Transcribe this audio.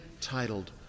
titled